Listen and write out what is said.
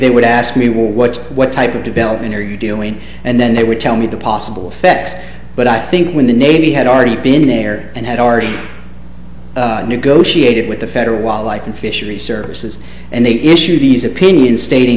they would ask me what what type of development are you doing and then they would tell me the possible effects but i think when the navy had already been there and had already negotiated with the federal wildlife and fishery services and they issued these opinion stating